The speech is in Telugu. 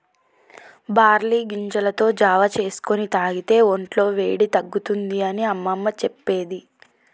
బార్లీ గింజలతో జావా చేసుకొని తాగితే వొంట్ల వేడి తగ్గుతుంది అని అమ్మమ్మ చెప్పేది